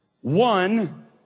One